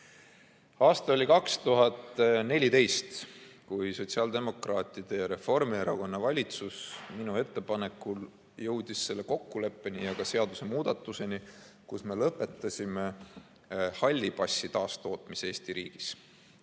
Aasta oli 2014, kui sotsiaaldemokraatide ja Reformierakonna valitsus minu ettepanekul jõudis selle kokkuleppeni ja ka seadusemuudatuseni, millega me lõpetasime halli passi taastootmise Eesti riigis.